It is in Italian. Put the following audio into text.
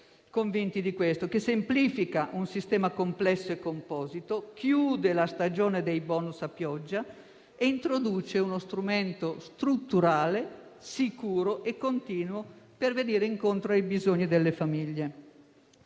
convinti; una riforma che semplifica un sistema complesso e composito, chiude la stagione dei *bonus* a pioggia e introduce uno strumento strutturale, sicuro e continuo per venire incontro ai bisogni delle famiglie.